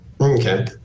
Okay